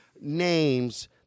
names